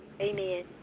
Amen